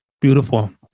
Beautiful